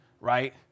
right